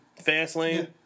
Fastlane